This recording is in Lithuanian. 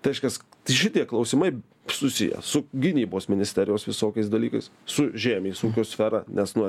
tai reiškias tai šitie klausimai susiję su gynybos ministerijos visokiais dalykais su žemės ūkio sfera nes nu